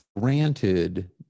granted